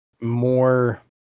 more